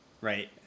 right